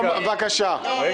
בבקשה, תמר.